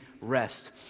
rest